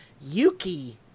Yuki